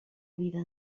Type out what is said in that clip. vida